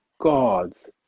God's